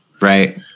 Right